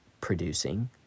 producing